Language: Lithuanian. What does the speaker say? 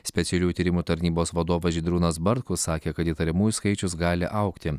specialiųjų tyrimų tarnybos vadovas žydrūnas bartkus sakė kad įtariamųjų skaičius gali augti